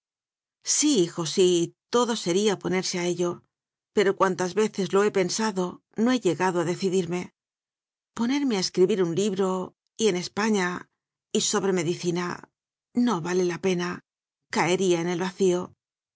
sí todo sería ponerse a ello pero cuantas veces lo he pensado no he lle gado a decidirme ponerme a escribir un li bro y en españa y sobre medicina no vale la pena caería en el vacío